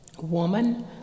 Woman